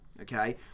Okay